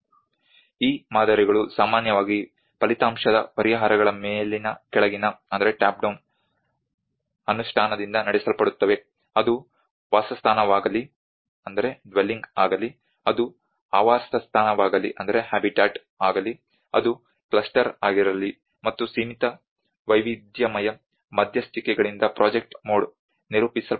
ಈ ಮಾದರಿಗಳು ಸಾಮಾನ್ಯವಾಗಿ ಫಲಿತಾಂಶದ ಪರಿಹಾರಗಳ ಮೇಲಿನ ಕೆಳಗಿನ ಅನುಷ್ಠಾನದಿಂದ ನಡೆಸಲ್ಪಡುತ್ತವೆ ಅದು ವಾಸಸ್ಥಾನವಾಗಲಿ ಅದು ಆವಾಸಸ್ಥಾನವಾಗಲಿ ಅದು ಕ್ಲಸ್ಟರ್ ಆಗಿರಲಿ ಮತ್ತು ಸೀಮಿತ ವೈವಿಧ್ಯಮಯ ಮಧ್ಯಸ್ಥಿಕೆಗಳಿಂದ ಪ್ರಾಜೆಕ್ಟ್ ಮೋಡ್ ನಿರೂಪಿಸಲ್ಪಡುತ್ತದೆ